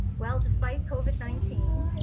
well despite covid nineteen,